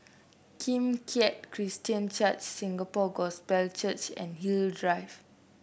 Kim Keat Christian Church Singapore Gospel Church and You Drive